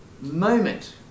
moment